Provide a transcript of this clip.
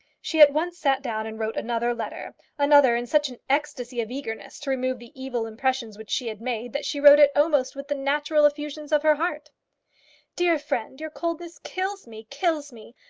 she at once sat down and wrote another letter another in such an ecstasy of eagerness to remove the evil impressions which she had made, that she wrote it almost with the natural effusion of her heart dear friend your coldness kills me kills me!